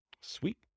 Sweet